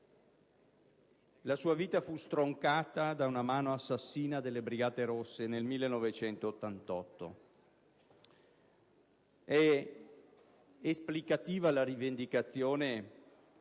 la sua vita fu stroncata dalla mano assassina delle Brigate Rosse, nel 1988. È esplicativa al riguardo